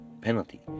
penalty